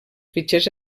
fitxers